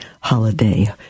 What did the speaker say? holiday